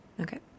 Okay